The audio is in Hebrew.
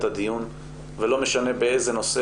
את הדיון ולא משנה באיזה נושא,